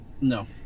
No